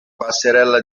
passerella